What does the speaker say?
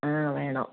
ആണോ വേണോ